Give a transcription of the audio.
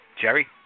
Jerry